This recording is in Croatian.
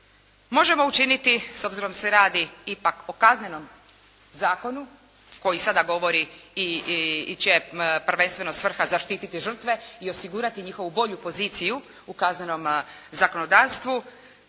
možemo učiniti s obzirom da se radi ipak o kaznenom zakonu koji sada govori i čija je prvenstveno svrha zaštititi žrtve i osigurati njihovu bolju poziciju u kaznenom zakonodavstvu,